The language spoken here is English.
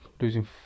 losing